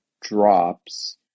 drops